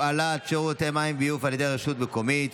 הפעלת שירותי מים וביוב על ידי רשות מקומית),